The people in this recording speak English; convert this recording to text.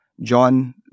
John